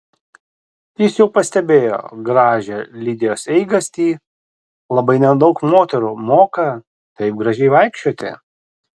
jis jau pastebėjo gražią lidijos eigastį labai nedaug moterų moka taip gražiai vaikščioti